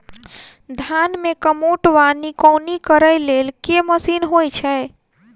धान मे कमोट वा निकौनी करै लेल केँ मशीन होइ छै?